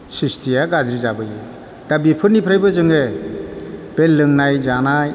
स्रिस्तिया गाज्रि जाबोयो दा बेफोरनिफ्रायबो जोङो बे लोंनाय जानाय